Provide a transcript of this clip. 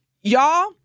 Y'all